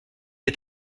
est